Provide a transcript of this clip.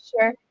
sure